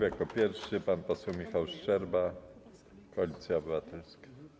Jako pierwszy pan poseł Michał Szczerba, Koalicja Obywatelska.